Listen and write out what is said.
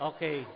Okay